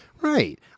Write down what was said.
Right